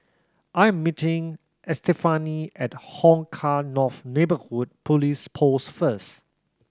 I am meeting Estefany at Hong Kah North Neighbourhood Police Post first